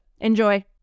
Enjoy